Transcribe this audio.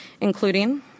including